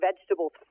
vegetables